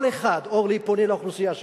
כל אחד, אורלי, פונה לאוכלוסייה שלו.